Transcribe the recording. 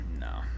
No